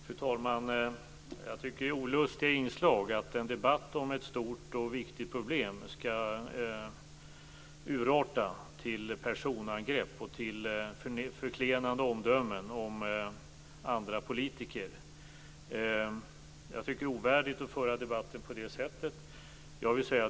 Fru talman! Det är olustigt att en debatt om ett stort och viktigt problem skall urarta till personangrepp och förklenande omdömen om andra politiker. Det är ovärdigt att föra debatten på det sättet.